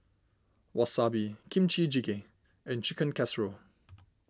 Wasabi Kimchi Jjigae and Chicken Casserole